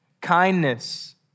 kindness